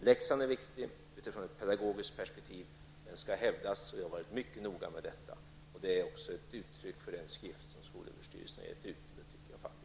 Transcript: Läxan är viktig utifrån ett pedagogiskt perspektiv, och den skall hävdas. Jag har varit mycket noga med detta. Det är faktiskt också ett uttryck för den skrift som skolöverstyrelsen har gett ut. Jag tycker faktisk den är bra.